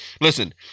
listen